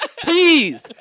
Please